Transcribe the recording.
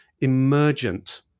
emergent